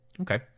Okay